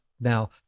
now